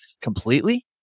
completely